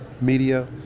media